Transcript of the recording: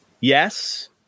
yes